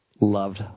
loved